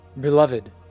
Beloved